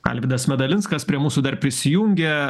alvydas medalinskas prie mūsų dar prisijungė